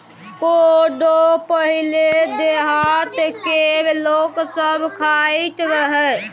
कोदो पहिले देहात केर लोक सब खाइत रहय